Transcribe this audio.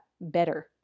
better